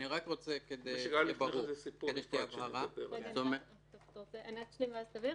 אני רק רוצה שיהיה ברור --- אני רק אשלים ואז תבהיר.